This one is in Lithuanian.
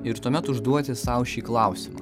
ir tuomet užduoti sau šį klausimą